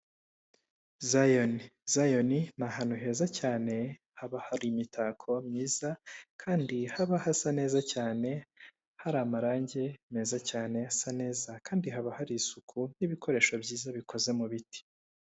Zayoni, zayoni ni ahantu heza cyane haba hari imitako myiza kandi haba hasa neza cyane, hari amarangi meza cyane asa neza kandi haba hari isuku n'ibikoresho byiza bikoze mu biti.